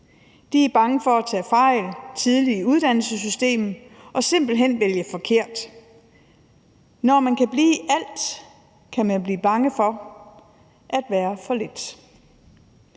De er bange for at tage fejl tidligt i uddannelsessystemet og simpelt hen vælge forkert. Når man kan blive alt, kan man blive bange for at være for lidt.